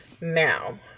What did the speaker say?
Now